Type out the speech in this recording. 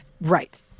Right